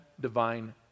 divine